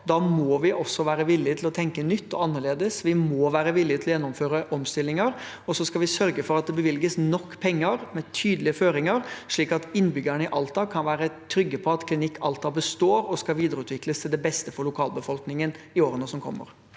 Da må vi også være villig til å tenke nytt og annerledes. Vi må være villig til å gjennomføre omstillinger. Så skal vi sørge for at det bevilges nok penger med tydelige føringer, slik at innbyggerne i Alta kan være trygge på at Klinikk Alta består og skal videreutvikles til beste for lokalbefolkningen i årene som kommer.